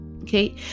Okay